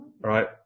right